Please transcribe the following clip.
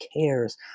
cares